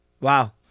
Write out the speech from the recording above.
Wow